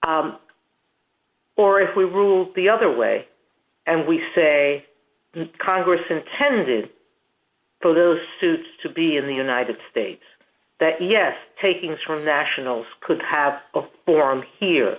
or if we ruled the other way and we say congress intended for those suits to be in the united states that yes takings from nationals could have of form here